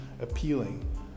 appealing